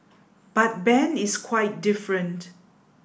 but Ben is quite different